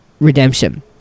redemption